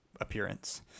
appearance